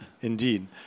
Indeed